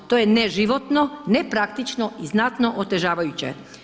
To je neživotno, nepraktično i znatno otežavajuće.